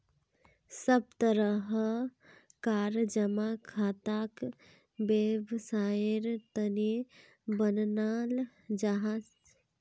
सब तरह कार जमा खाताक वैवसायेर तने बनाल जाहा